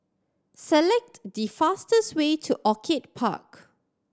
select the fastest way to Orchid Park